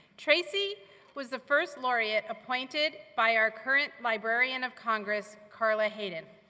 tracy was the first laureate appointed by our current librarian of congress, carla hayden,